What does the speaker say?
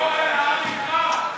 אורן, העם אתך.